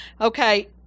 Okay